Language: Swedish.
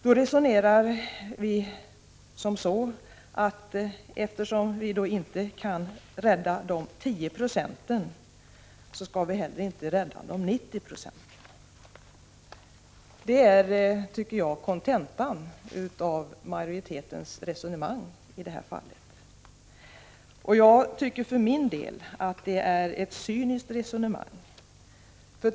Då skulle vi resonera som så, att eftersom vi inte kan rädda de 10 procenten skall vi heller inte rädda de 90 procenten. Det är kontentan av majoritetens resonemang i det här fallet. Jag tycker för min del att det är ett cyniskt resonemang.